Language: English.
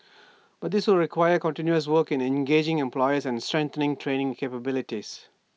but this will require continuous work in engaging employers and strengthening training capabilities